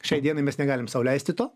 šiai dienai mes negalim sau leisti to